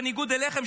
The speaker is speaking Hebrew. בניגוד אליכם,